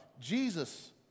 Jesus